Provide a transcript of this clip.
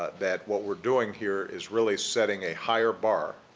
that what we're doing here is really setting a higher bar